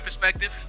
perspective